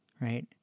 right